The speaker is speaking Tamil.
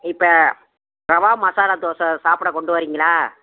இப்போ ரவா மசாலா தோசை சாப்பிட கொண்டு வர்றீங்களா